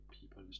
people